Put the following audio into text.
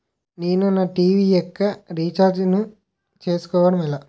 నేను నా టీ.వీ యెక్క రీఛార్జ్ ను చేసుకోవడం ఎలా?